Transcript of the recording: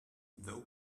thou